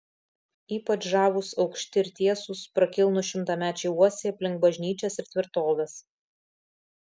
ypač žavūs aukšti ir tiesūs prakilnūs šimtamečiai uosiai aplink bažnyčias ir tvirtoves